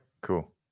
cool